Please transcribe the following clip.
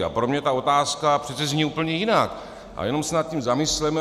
A pro mě ta otázka přece zní úplně jinak a jenom se nad tím zamysleme.